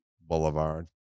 boulevard